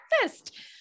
breakfast